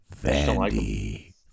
Vandy